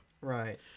Right